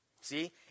See